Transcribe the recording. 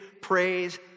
praise